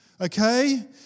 Okay